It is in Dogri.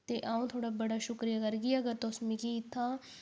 ते अ'ऊं थुआढ़ा बड़ा शुक्रिया करगी अगर तुस मिगी इत्थां